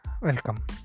Welcome